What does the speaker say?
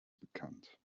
bekannt